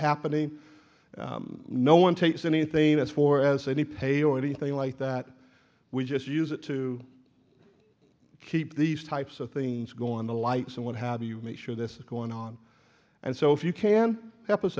happening no one takes anything else for as any pay or anything like that we just use it to keep these types of things going the lights and what have you make sure this is going on and so if you can help us